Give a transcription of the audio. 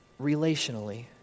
relationally